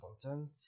content